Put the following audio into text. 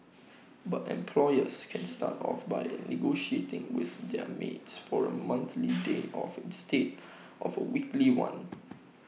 but employers can start off by negotiating with their maids for A monthly day off instead of A weekly one